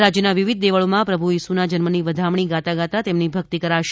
રાજયના વિવિધ દેવળોમાં પ્રભ્ય ઇસુના જન્મની વધામણી ગાતા ગાતા તેમની ભકિત કરાશે